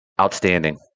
outstanding